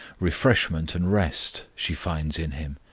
refreshment and rest she finds in him.